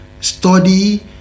study